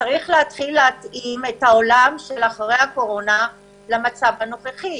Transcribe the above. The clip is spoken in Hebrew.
וצריך להתחיל להתאים את העולם של אחרי הקורונה למצב הנוכחי.